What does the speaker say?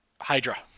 Hydra